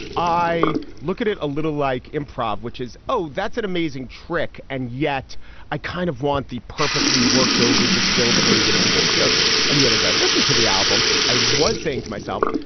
i look at it a little like improv, which is, oh, that's an amazing trick. and yet i kind of want the perfectly worked over distilled version of the great jokes. and yet as i listened to the album, i was saying to myself,